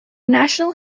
national